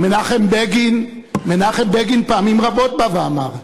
מנחם בגין פעמים רבות בא ואמר: